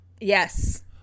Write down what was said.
yes